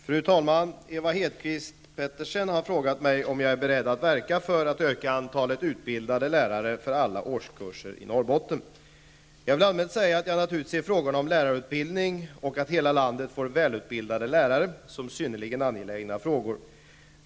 Fru talman! Ewa Hedkvist Petersen har frågat mig om jag är beredd att verka för att öka antalet utbildade lärare för alla årskurser i Norrbotten. Jag vill allmänt säga att jag naturligtvis ser frågorna om lärarutbildningen och om att hela landet får välutbildade lärare som synnerligen angelägna frågor.